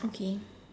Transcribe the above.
okay